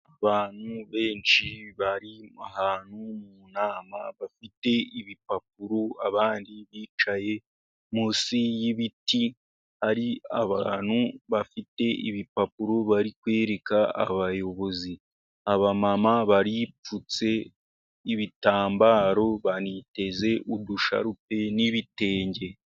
Abantu benshi bari ahantu mu nama. Bafite ibipapuro abandi bicaye munsi y'ibiti. Hari abantu bafite ibipapuro bari kwereka abayobozi. Abamama baripfutse ibitambaro baniteze udusharupe n'ibitenge.